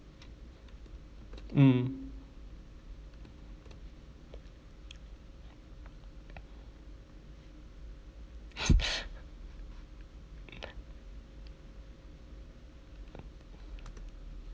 mm